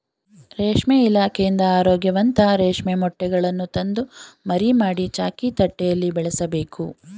ರೇಷ್ಮೆ ಇಲಾಖೆಯಿಂದ ಆರೋಗ್ಯವಂತ ರೇಷ್ಮೆ ಮೊಟ್ಟೆಗಳನ್ನು ತಂದು ಮರಿ ಮಾಡಿ, ಚಾಕಿ ತಟ್ಟೆಯಲ್ಲಿ ಬೆಳೆಸಬೇಕು